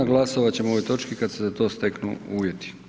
Glasovat ćemo o ovoj točki kad se za to steknu uvjeti.